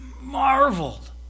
marveled